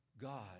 God